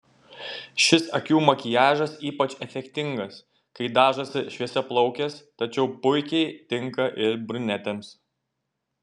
šis akių makiažas ypač efektingas kai dažosi šviesiaplaukės tačiau puikiai tinka ir brunetėms